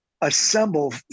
assemble